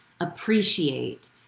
appreciate